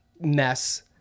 mess